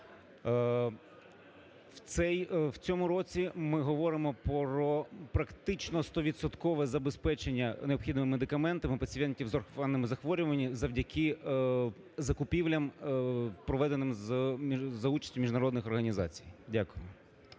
В цьому році ми говоримо про практично стовідсоткове забезпечення необхідними медикаментами пацієнтів з орфанними захворюваннями завдяки закупівлям проведеним за участю міжнародних організацій. Дякую.